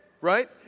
right